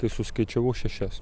tai suskaičiavau šešias